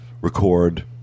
record